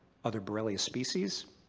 other borrelia species,